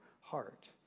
heart